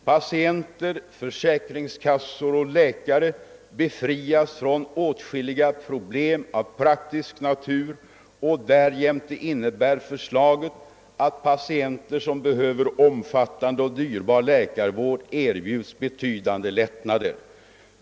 Patienter, försäkringskassor och läkare befrias från åtskilliga problem av praktisk natur och därjämte innebär förslaget att patienter som behöver omfattande och dyrbar läkarvård erbjuds betydande lättnader.